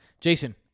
Jason